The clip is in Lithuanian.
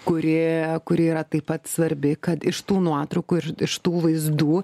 kuri kuri yra taip pat svarbi kad iš tų nuotraukų ir iš tų vaizdų